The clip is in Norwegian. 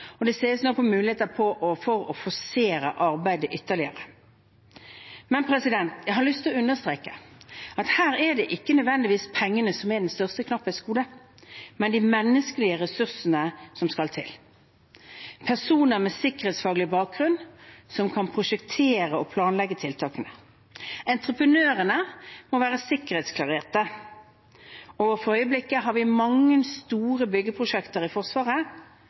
og det ses nå på muligheten for å forsere arbeidet ytterligere. Jeg har lyst til å understreke at her er det ikke nødvendigvis pengene som er det største knapphetsgodet, men de menneskelige ressursene som skal til – personer med sikkerhetsfaglig bakgrunn som kan prosjektere og planlegge tiltakene. Entreprenørene må være sikkerhetsklarerte, og for øyeblikket har vi mange store byggeprosjekter i Forsvaret